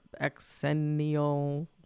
exennial